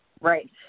Right